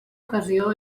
ocasió